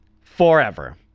forever